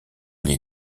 les